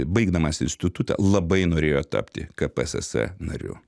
baigdamas institutą labai norėjo tapti kpss nariu